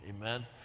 Amen